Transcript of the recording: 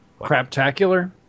Craptacular